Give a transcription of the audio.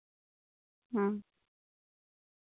ᱦᱩᱸ